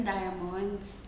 Diamonds